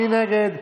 מי נגד?